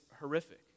horrific